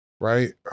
right